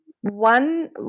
one